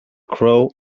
crow